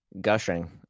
gushing